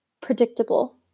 predictable